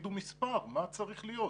תגידו מספר, מה צריך להיות.